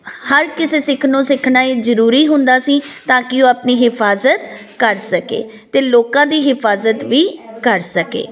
ਹਰ ਕਿਸੇ ਸਿੱਖ ਨੂੰ ਸਿੱਖਣਾ ਇਹ ਜ਼ਰੂਰੀ ਹੁੰਦਾ ਸੀ ਤਾਂ ਕਿ ਉਹ ਆਪਣੀ ਹਿਫਾਜ਼ਤ ਕਰ ਸਕੇ ਅਤੇ ਲੋਕਾਂ ਦੀ ਹਿਫਾਜ਼ਤ ਵੀ ਕਰ ਸਕੇ